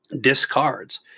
discards